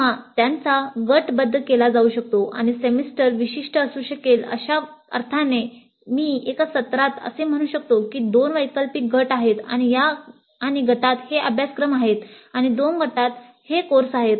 किंवा त्यांचा गटबद्ध केला जाऊ शकतो आणि सेमिस्टर विशिष्ट असू शकेल अशा अर्थाने मी एका सत्रात असे म्हणू शकतो की दोन वैकल्पिक गट आहेत आणि गटात हे अभ्यासक्रम आहेत आणि दोन गटात हे कोर्स आहेत